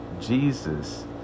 Jesus